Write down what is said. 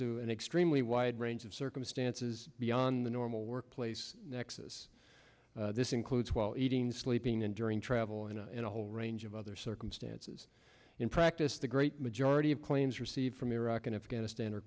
to an extremely wide range of circumstances beyond the normal workplace nexus this includes while eating sleeping and during travel and in a whole range of other circumstances in practice the great majority of claims received from iraq and afghanistan